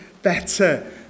better